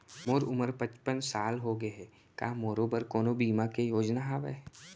मोर उमर पचपन साल होगे हे, का मोरो बर कोनो बीमा के योजना हावे?